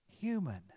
human